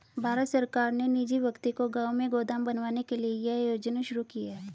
भारत सरकार ने निजी व्यक्ति को गांव में गोदाम बनवाने के लिए यह योजना शुरू की है